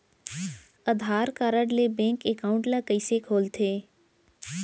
आधार card ले bank account ल कइसे खोलथे?